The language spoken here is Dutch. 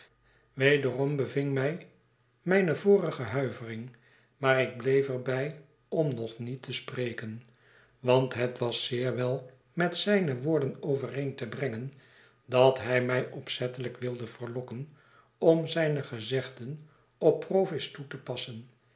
wederom beving mij mijne vorige huivering maar ik bleef er bij om nog niet te spreken want het was zeer wel met zijne woordn overeen te brengen dat hij mij opzettelijk wilde verlokken om zijne gezegden op provis toe te passen